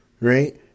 right